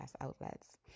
outlets